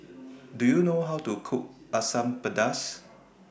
Do YOU know How to Cook Asam Pedas